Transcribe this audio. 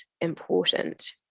important